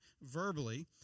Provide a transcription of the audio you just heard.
verbally